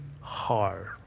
hard